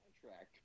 contract